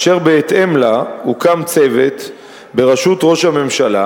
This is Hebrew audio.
אשר בהתאם לה הוקם צוות בראשות ראש הממשלה,